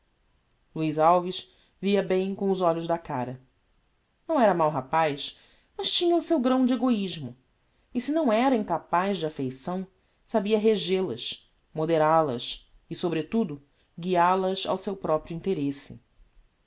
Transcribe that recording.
luiz alves via bem com os olhos da cara não era mau rapaz mas tinha o seu grão de egoismo e se não era incapaz de affeições sabia regel as moderal as e sobretudo guial as ao seu proprio interesse